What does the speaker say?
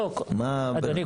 אדוני,